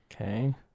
Okay